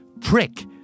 Prick